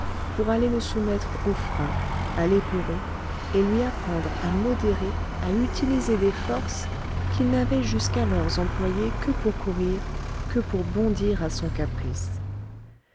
pour aller le soumettre au frein à l'éperon et lui apprendre à modérer à utiliser des forces qu'il n'avait jusqu'alors employées que pour courir que pour bondir à son caprice